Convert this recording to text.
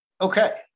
Okay